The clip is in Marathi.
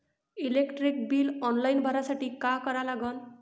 इलेक्ट्रिक बिल ऑनलाईन भरासाठी का करा लागन?